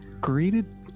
greeted